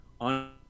on